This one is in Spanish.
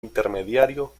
intermediario